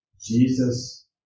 Jesus